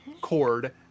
cord